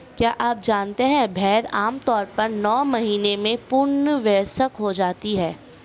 क्या आप जानते है भेड़ आमतौर पर नौ महीने में पूर्ण वयस्क हो जाती है?